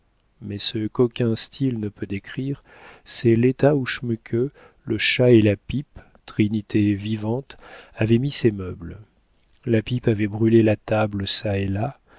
mais ce qu'aucun style ne peut décrire c'est l'état où schmuke le chat et la pipe trinité vivante avaient mis ces meubles la pipe avait brûlé la table